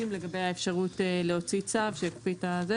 לגבי האפשרות להוציא צו שיקפיא את זה,